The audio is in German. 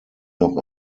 noch